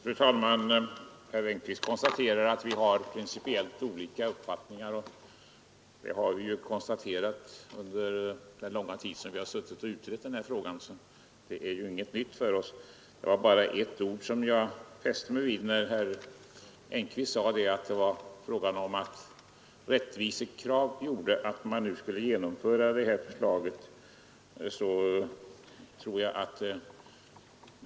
Fru talman! Herr Engkvist fastslog att vi har principiellt olika uppfattningar. Ja, det har vi kunnat konstatera under den långa tid vi har utrett den här frågan. Jag fäste mig vid att herr Engkvist sade att rättvisan krävde att man nu genomförde det här förslaget.